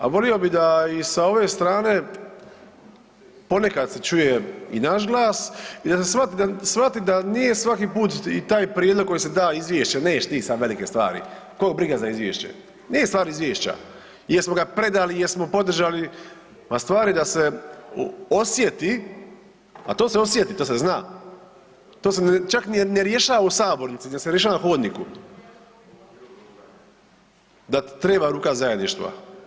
A volio bi da i sa ove strane ponekad se čuje i naš glas i da se shvati da nije svaki put i taj prijedlog koji se da izvješće neš ti sad velike stvari, kog briga za izvješće, nije stvar izvješća, jesmo ga predali, jesmo podržali, ma stvar je da se osjeti, a to se osjeti, to se zna, to se čak ni ne rješava u sabornici, to se rješava na hodniku da treba ruka zajedništva.